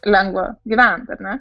lengva gyvent ar ne